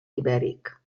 ibèric